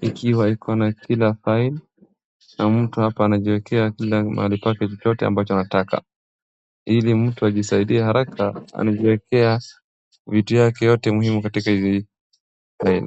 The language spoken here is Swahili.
ikiwa iko na kila file na mtu anajiwekea kila mahali pake chochote ambacho anataka , ili mtu ajisaidie hara anajiwekea vitu yake yote muhimu katika hizi ]file.